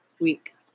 week